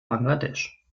bangladesch